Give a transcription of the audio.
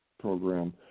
program